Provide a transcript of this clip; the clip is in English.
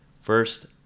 first